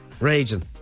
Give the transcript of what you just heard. Raging